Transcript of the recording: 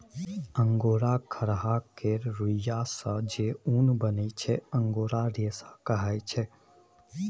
angora खरहा केर रुइयाँ सँ जे उन बनै छै अंगोरा रेशा कहाइ छै